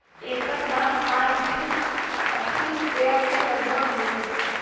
एकर दाम आज भी असी रुपिया के लगभग होई